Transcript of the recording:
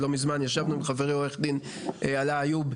שלא מזמן ישבנו עם חברי עורך הדין עלא איוב,